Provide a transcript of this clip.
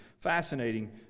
fascinating